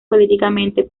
políticamente